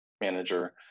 manager